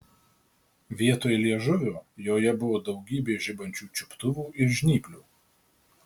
vietoj liežuvio joje buvo daugybė žibančių čiuptuvų ir žnyplių